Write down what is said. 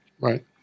Right